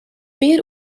pear